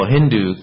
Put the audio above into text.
Hindu